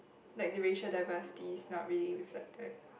like the racial diversity is not really reflected